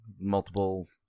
multiple